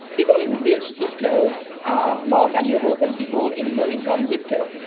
people in rich zip codes are more valuable than people in low-income zip codes.